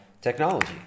technology